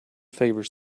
favours